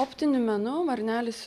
optiniu menu varnelis